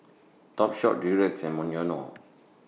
Topshop Durex and Monoyono